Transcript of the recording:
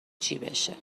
جیبشه